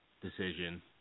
decision